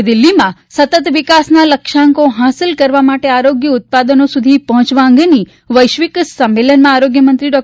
નવી દીલ્ફીમાં સતત વિકાસના લક્ષ્યાંકો હાંસલ કરવા માટે આરોગ્ય ઉત્પાદનો સુધી પહોંચવા અંગે વૈશ્વિક સંમેલનમાં આરોગ્યમંત્રી ડૉ